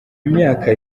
imyaka